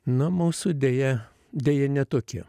nu mūsų deja deja ne tokie